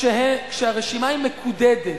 כשהרשימה היא מקודדת.